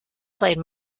played